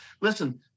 listen